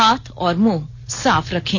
हाथ और मुंह साफ रखें